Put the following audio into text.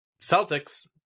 celtics